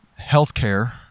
healthcare